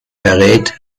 verrät